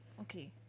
Okay